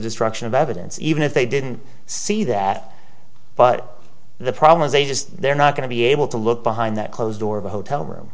destruction of evidence even if they didn't see that but the problem is a just they're not going to be able to look behind that closed door of a hotel room